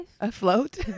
Afloat